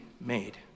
made